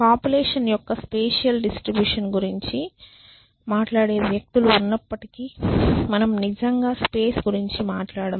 population యొక్క spatial distribution గురించి మాట్లాడే వ్యక్తులు ఉన్నప్పటికీ మనము నిజంగా స్పేస్ గురించి మాట్లాడము